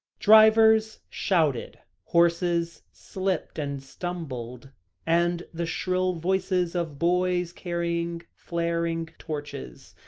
drivers shouted, horses slipped and stumbled and the shrill voices of boys carrying flaring torches,